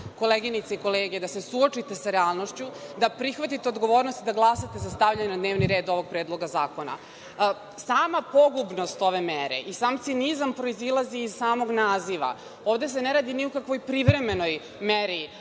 koleginice i kolege, da se suočite sa realnošću, da prihvatite odgovornost i da glasate za stavljanje na dnevni red ovog Predloga zakona. Sama pogubnost ove mere i sam cinizam proizilazi iz samog naziva. Ovde se ne radi ni o kakvoj privremenoj meri